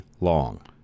long